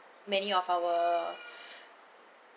many of our